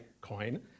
coin